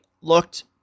looked